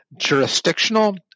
jurisdictional